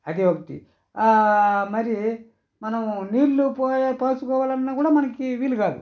అది ఒకటి మరి మనము నీళ్లు పోయి పోసుకోవాలనుకున్న కూడా మనకి వీలుకాదు